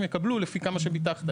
הם יקבלו לפי כמה שביטחת,